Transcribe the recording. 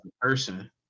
person